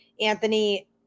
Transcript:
Anthony